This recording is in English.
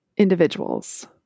individuals